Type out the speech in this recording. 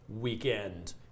weekend